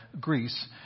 Greece